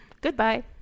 Goodbye